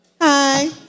hi